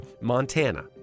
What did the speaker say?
Montana